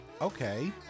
okay